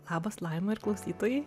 labas laima ir klausytojai